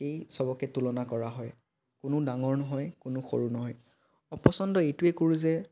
কেই সবকে তুলনা কৰা হয় কোনো ডাঙৰ নহয় কোনো সৰু নহয় অপচণ্ড এইটোৱেই কৰোঁ যে